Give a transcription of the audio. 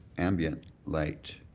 ambient light.